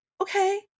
okay